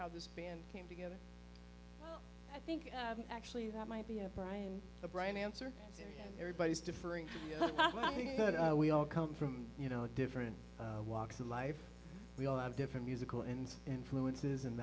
how this band came together i think actually that might be a brian brian answer everybody's different we all come from you know different walks of life we all have different musical and influences and